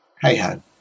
hey-ho